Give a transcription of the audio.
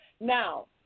Now